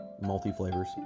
multi-flavors